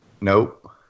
Nope